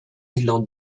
highland